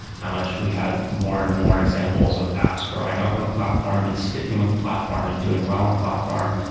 how much we had more and more examples of apps growing up on the platform and sticking with the platform and doing well on the platform.